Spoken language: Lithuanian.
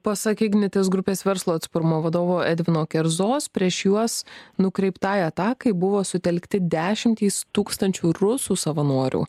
pasak ignitis grupės verslo atsparumo vadovo edvino kerzos prieš juos nukreiptai atakai buvo sutelkta dešimtys tūkstančių rusų savanorių